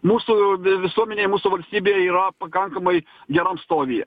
mūsų vi visuomenėj mūsų valstybėj yra pakankamai geram stovyj